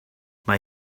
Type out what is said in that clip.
mae